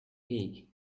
pick